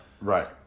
Right